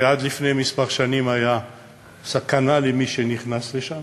שעד לפני כמה שנים היה סכנה למי שנכנס לשם